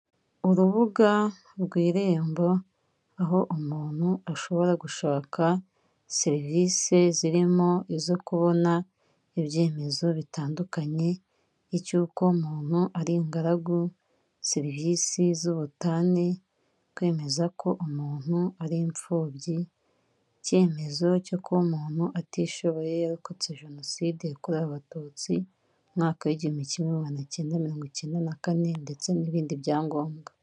Urubuga rw'Irembo aho umuntu ashobora gushaka serivisi zirimo izo kubona ibyemezo bitandukanye, icy'uko umuntu ari ingaragu, serivisi z'ubutane, kwemeza ko umuntu ari imfubyi, icyemezo cyo kuba umuntu atishoboye yarokotse Jenoside yakorewe Abatutsi umwaka w'igihumbi kimwe magana icyenda mirongo icyenda na kane ndetse n'ibindi byangombwa.